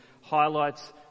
highlights